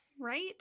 Right